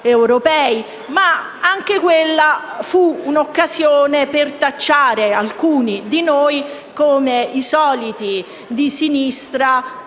Ma anche quella fu una occasione per tacciare alcuni di noi come i soliti di sinistra